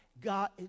God